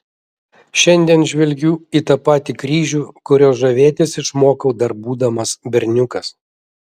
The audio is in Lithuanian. šiandien žvelgiu į tą patį kryžių kuriuo žavėtis išmokau dar būdamas berniukas